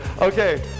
Okay